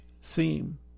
seem